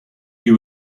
you